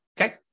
Okay